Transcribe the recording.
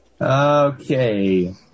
Okay